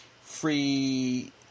free